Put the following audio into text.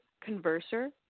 converser